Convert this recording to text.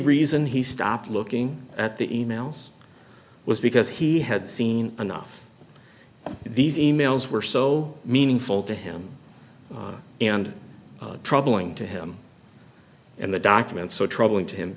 reason he stopped looking at the e mails was because he had seen enough of these e mails were so meaningful to him and troubling to him and the documents so troubling to him